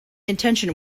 intention